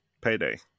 payday